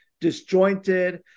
disjointed